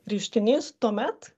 reiškinys tuomet